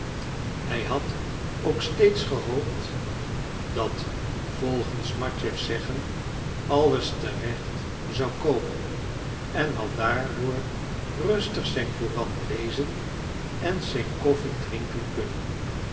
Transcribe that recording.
hij had ook steeds gehoopt dat volgens matjeffs zeggen alles terecht zou komen en had daardoor rustig zijn courant lezen en zijn koffie drinken kunnen